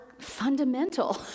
fundamental